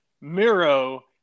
Miro